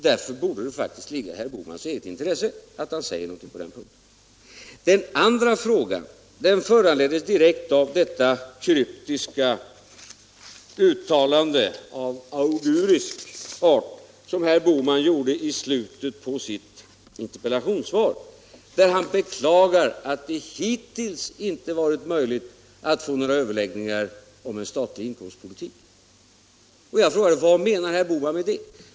Därför borde det faktiskt ligga i herr Bohmans eget intresse att han säger någonting på den punkten. Den andra frågan som jag vill upprepa föranleddes direkt av det kryptiska uttalande av augurisk art som herr Bohman gör i slutet av sitt interpellationssvar, där han beklagar att de: hittills varit omöjligt att få några överläggningar om statlig inkomstpolitik. Jag frågade: Vad menar herr Bohman med det?